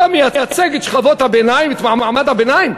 אתה מייצג את שכבות הביניים, את מעמד הביניים?